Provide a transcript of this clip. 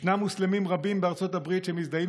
ישנם מוסלמים רבים בארצות הברית שמזדהים